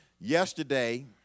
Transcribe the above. Yesterday